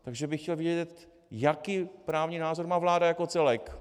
Takže bych chtěl vědět, jaký právní názor má vláda jako celek.